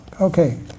Okay